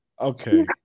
Okay